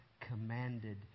commanded